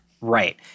Right